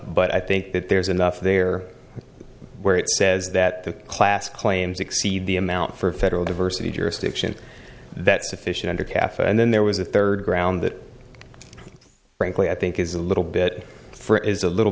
but i think that there's enough there where it says that the class claims exceed the amount for federal diversity jurisdiction that sufficient under caf and then there was a third ground that frankly i think it's a little bit for is a little